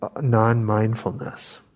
non-mindfulness